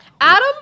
Adam